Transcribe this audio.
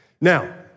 Now